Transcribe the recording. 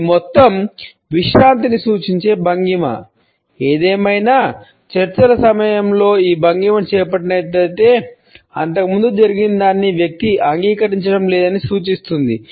ఇది మొత్తం విశ్రాంతిని సూచించే భంగిమ ఏదేమైనా చర్చల సమయంలో ఈ భంగిమను చేపట్టినట్లయితే అంతకుముందు జరిగినదాన్ని వ్యక్తి అంగీకరించడం లేదని సూచిస్తుంది